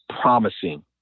promising